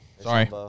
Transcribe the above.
Sorry